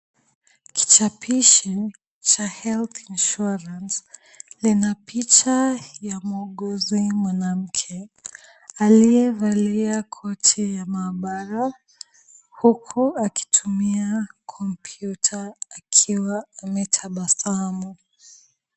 Kichapishincha health insurance lina picha huku akitumia kompyuta akiwa ametabasamu.